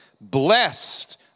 blessed